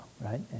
right